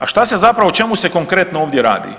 A šta se zapravo, o čemu se konkretno ovdje radi?